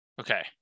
Okay